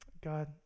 God